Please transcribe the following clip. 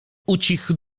ucichł